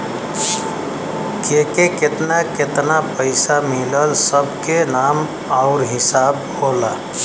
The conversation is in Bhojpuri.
केके केतना केतना पइसा मिलल सब के नाम आउर हिसाब होला